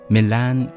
Milan